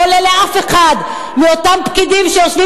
לא עולה לאף אחד מאותם פקידים שיושבים